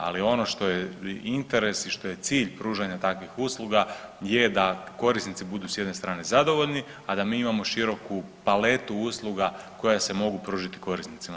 Ali ono što je interes i što je cilj pružanja takvih usluga je da korisnici budu s jedne strane zadovoljni, a da mi imamo široku paletu usluga koje se mogu pružiti korisnicima.